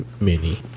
Mini